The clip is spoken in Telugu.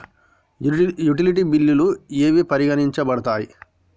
యుటిలిటీ బిల్లులు ఏవి పరిగణించబడతాయి?